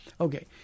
Okay